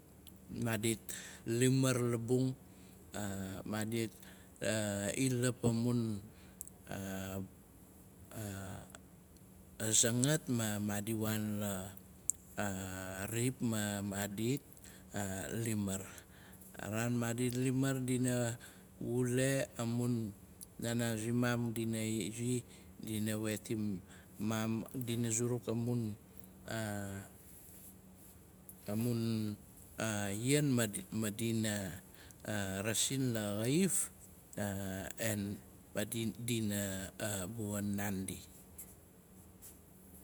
Madit limar labung. Maadit i lap amun zangat ma maadi waan lar rip ma maadit limar. A naan, maadi limar, dima ule, amun naanaa simaam, dina zidian wetim maam, dina zuruk amun ian madina, rasin la xaif dina buan naandi.